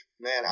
Man